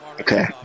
Okay